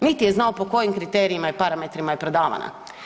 Niti je znao po kojim kriterijima i parametrima je prodavana.